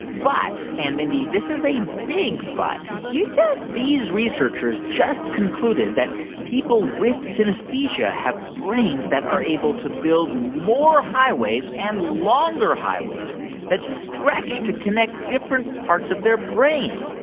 but and, mindy, this is a big but. did you just. these researchers just concluded that people with synesthesia have brains that are able to build more highways and longer highways that stretch to connect different parts of their brains.